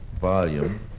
volume